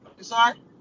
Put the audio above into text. Sorry